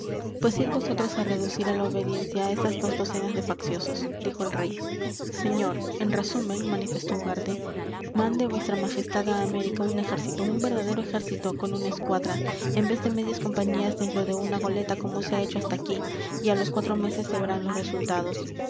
pues id vosotros a reducir a la obediencia a esas dos docenas de facciosos dijo el rey señor en resumen manifestó ugarte mande vuestra majestad a américa un ejército un verdadero ejército con una escuadra en vez de medias compañías dentro de una goleta como se ha hecho hasta aquí y a los cuatro meses se verán los resultados